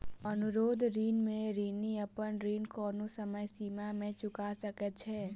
अनुरोध ऋण में ऋणी अपन ऋण कोनो समय सीमा में चूका सकैत छै